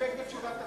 נסתפק בתשובת השר.